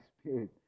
spirit